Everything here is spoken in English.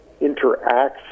interacts